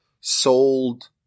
sold